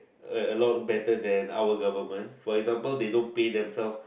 a lot better than our government for example they don't pay themselves